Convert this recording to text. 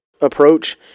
approach